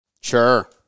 sure